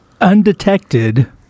Undetected